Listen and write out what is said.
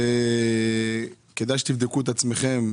כדאי שתבדקו את עצמכם.